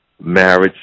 marriage